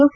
S